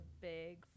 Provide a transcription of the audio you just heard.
big